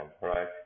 right